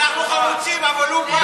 אנחנו חמוצים, אבל הוא כבר בתוך,